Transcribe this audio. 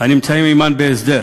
הנמצאים עמן בהסדר,